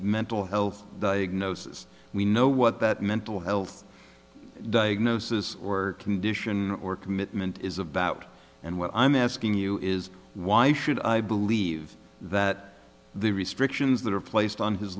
mental health diagnosis we know what that mental health diagnosis or condition or commitment is about and what i'm asking you is why should i believe that the restrictions that are placed on his